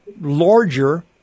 larger